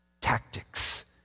tactics